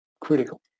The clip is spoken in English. Critical